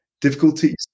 difficulties